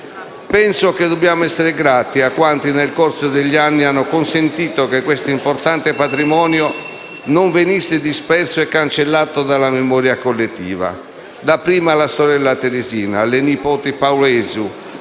Penso che dobbiamo essere grati a quanti, nel corso degli anni, hanno consentito che questo importante patrimonio non venisse disperso e cancellato dalla memoria collettiva: